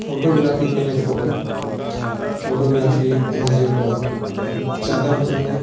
photography میرے شوق ہے فوٹوگرافی مجھے بہت زیادہ پسند ہے